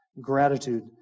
gratitude